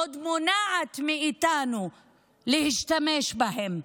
היא עוד מונעת מאיתנו להשתמש בהן.